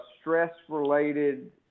stress-related